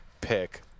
pick